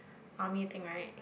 army thing right